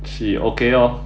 she okay lor